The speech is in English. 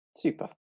Super